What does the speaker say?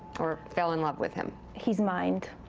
or fell in love with him. his mind,